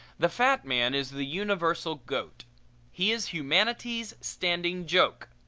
the fat man is the universal goat he is humanity's standing joke.